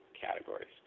categories